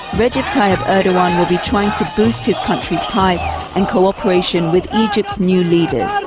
but tayyip erdogan will be trying to boost his country's ties and cooperation with egypt's new leaders.